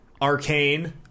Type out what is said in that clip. arcane